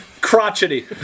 crotchety